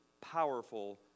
powerful